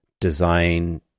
design